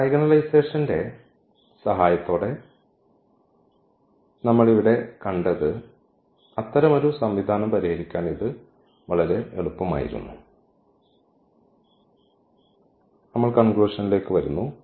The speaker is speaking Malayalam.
ഡയഗണലൈസേഷന്റെ സഹായത്തോടെ നമ്മൾ ഇവിടെ കണ്ടത് അത്തരമൊരു സംവിധാനം പരിഹരിക്കാൻ ഇത് വളരെ എളുപ്പമായിരുന്നു നമ്മൾ കൺക്ലൂഷനിലേക്ക് വരുന്നു